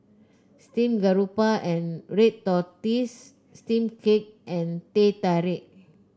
Steamed Garoupa and Red Tortoise Steamed Cake and Teh Tarik